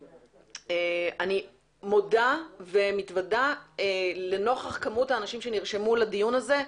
אני מודה ומתוודה שלנוכח מספר האנשים שנרשמו לדיון הזה,